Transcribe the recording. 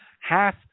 half